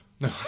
No